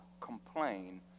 complain